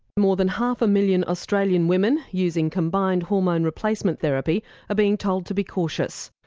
more than half a million australian women using combined hormone replacement therapy are being told to be cautious.